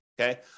Okay